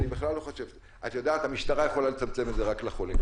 את יודעת, המשטרה יכולה לצמצם את זה רק לחולים.